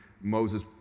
Moses